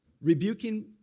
rebuking